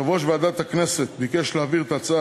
יושב-ראש ועדת הכספים ביקש להעביר את ההצעה